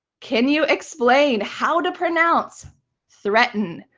can you explain how to pronounce threaten,